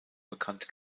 bekannt